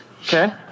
Okay